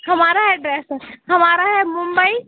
हमारा एड्रेस हमारा है मुंबई